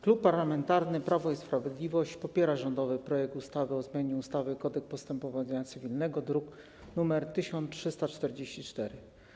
Klub Parlamentarny Prawo i Sprawiedliwość popiera rządowy projekt ustawy o zmianie ustawy - Kodeks postępowania cywilnego, druk nr 1344.